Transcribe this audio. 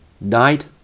night